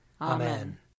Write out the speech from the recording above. Amen